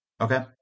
Okay